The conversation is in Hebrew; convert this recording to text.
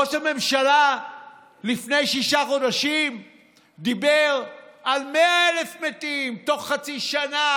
ראש הממשלה לפני שישה חודשים דיבר על 100,000 מתים תוך חצי שנה,